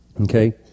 okay